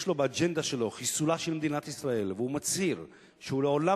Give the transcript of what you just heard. יש באג'נדה שלו חיסולה של מדינת ישראל והוא מצהיר שהוא לעולם